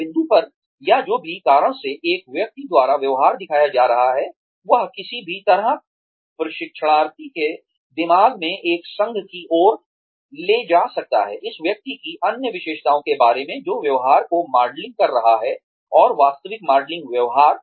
उस बिंदु पर या जो भी कारण से एक व्यक्ति द्वारा व्यवहार दिखाया जा रहा है वह किसी भी तरह प्रशिक्षणार्थी के दिमाग में एक संघ की ओर ले जा सकता है इस व्यक्ति की अन्य विशेषताओं के बारे में जो व्यवहार को मॉडलिंग कर रहा है और वास्तविक मॉडलिंग व्यवहार